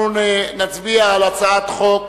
אנחנו נצביע על הצעת חוק